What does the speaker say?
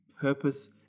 purpose